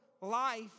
life